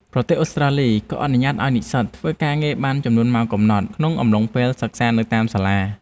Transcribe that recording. ប្រទេសអូស្ត្រាលីក៏អនុញ្ញាតឱ្យនិស្សិតធ្វើការងារបានចំនួនម៉ោងកំណត់ក្នុងអំឡុងពេលសិក្សានៅតាមសាលា។